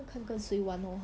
要看跟谁玩 lor